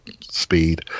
speed